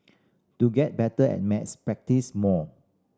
to get better at maths practise more